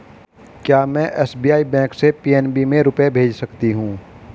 क्या में SBI bank से पी.एन.बी में रुपये भेज सकती हूँ?